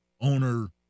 owner